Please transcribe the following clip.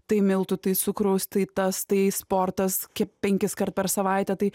tai miltų tai cukraus tai tas tai sportas ke penkiskart per savaitę tai